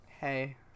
hey